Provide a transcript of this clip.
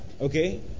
Okay